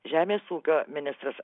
žemės ūkio ministras